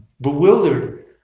bewildered